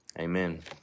amen